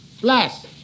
plus